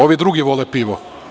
Ovi drugi vole pivo.